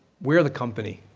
we're the company,